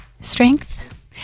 Strength